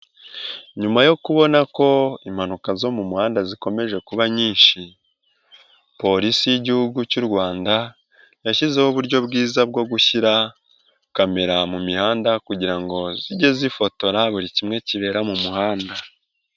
Nyuma yo kubona ko impanuka zo mu muhanda zikomeje kuba nyinshi, polisi y'igihugu cy'u Rwanda yashyizeho uburyo bwiza bwo gushyira kamera mu mihanda kugira ngo zijye zifotora buri kimwe kibera mu muhanda.